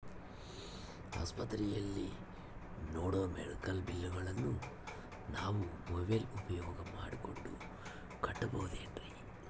ಆಸ್ಪತ್ರೆಯಲ್ಲಿ ನೇಡೋ ಮೆಡಿಕಲ್ ಬಿಲ್ಲುಗಳನ್ನು ನಾವು ಮೋಬ್ಯೆಲ್ ಉಪಯೋಗ ಮಾಡಿಕೊಂಡು ಕಟ್ಟಬಹುದೇನ್ರಿ?